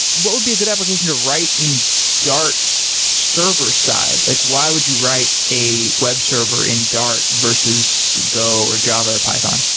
what would be a good application to write in dart server-side? like why would you write a web server in dart versus go, or java, or python?